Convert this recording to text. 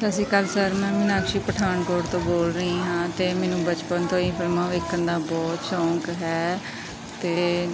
ਸਤਿ ਸ਼੍ਰੀ ਅਕਾਲ ਸਰ ਮੈਂ ਮੀਨਾਕਸ਼ੀ ਪਠਾਨਕੋਟ ਤੋਂ ਬੋਲ ਰਹੀ ਹਾਂ ਅਤੇ ਮੈਨੂੰ ਬਚਪਨ ਤੋਂ ਹੀ ਫਿਲਮਾਂ ਵੇਖਣ ਦਾ ਬਹੁਤ ਸ਼ੌਂਕ ਹੈ ਅਤੇ